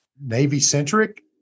Navy-centric